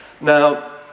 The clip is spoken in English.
Now